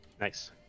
Nice